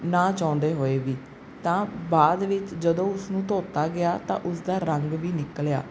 ਨਾ ਚਾਹੁੰਦੇ ਹੋਏ ਵੀ ਤਾਂ ਬਾਅਦ ਵਿੱਚ ਜਦੋਂ ਉਸਨੂੰ ਧੋਤਾ ਗਿਆ ਤਾਂ ਉਸਦਾ ਰੰਗ ਵੀ ਨਿਕਲਿਆ